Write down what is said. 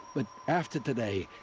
but, after today.